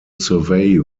survey